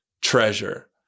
treasure